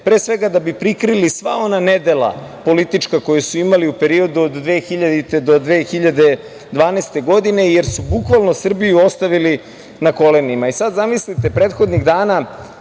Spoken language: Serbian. pre svega da bi prikrili sva ona nedela politička koja su imali u periodu od 2000. do 2012. godine, jer su bukvalno Srbiju ostavili na kolenima. Zamislite sad, prethodnih dana